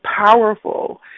powerful